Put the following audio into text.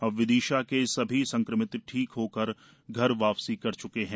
अब विदिशा के सभी संक्रमित ठीक होकर घर लौट च्के हैं